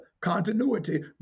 continuity